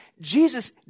Jesus